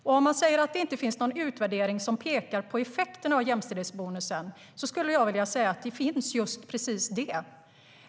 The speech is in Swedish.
Om man säger att det inte finns någon utvärdering som pekar på effekten av jämställdhetsbonusen skulle jag vilja säga att det finns just precis det.